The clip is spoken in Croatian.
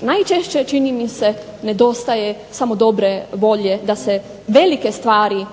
Najčešće čini mi se nedostaje samo dobre volje da se velike stvari